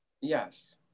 Yes